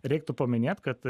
reiktų paminėt kad